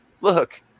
Look